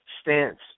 stance